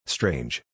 Strange